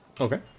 Okay